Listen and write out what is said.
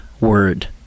Word